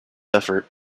effort